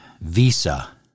visa